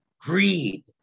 greed